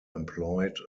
employed